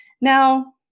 Now